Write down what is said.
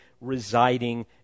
residing